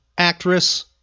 actress